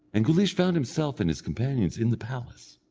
and guleesh found himself and his companions in the palace.